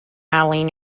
eileen